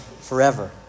forever